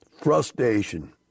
Frustration